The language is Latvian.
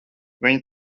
viņa